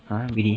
!huh! really